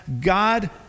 God